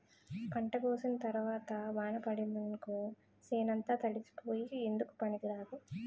పంట కోసిన తరవాత వాన పడిందనుకో సేనంతా తడిసిపోయి ఎందుకూ పనికిరాదు